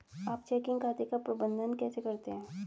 आप चेकिंग खाते का प्रबंधन कैसे करते हैं?